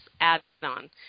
add-on